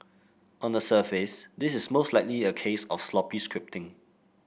on the surface this is most likely a case of sloppy scripting